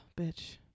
bitch